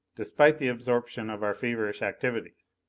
despite the absorption of our feverish activities.